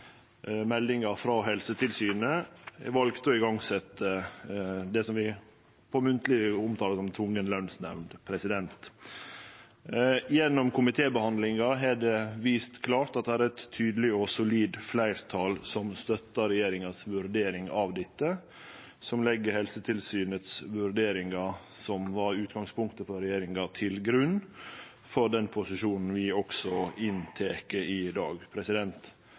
meldinga frå Helsetilsynet valde å setje i gang det vi munnleg omtalar som tvungen lønsnemnd. Komitébehandlinga har vist klart at det er eit tydeleg og solid fleirtal som støttar regjeringas vurdering av dette, og som legg Helsetilsynets vurderingar – som var utgangspunktet for regjeringa – til grunn for den posisjonen vi også tek i dag.